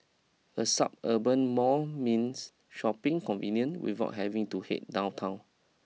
a suburban mall means shopping convenient without having to head downtown